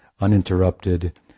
uninterrupted